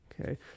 Okay